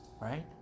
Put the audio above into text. right